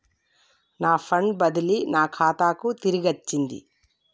నా ఫండ్ బదిలీ నా ఖాతాకు తిరిగచ్చింది